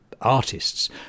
Artists